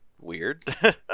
weird